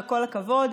וכל הכבוד,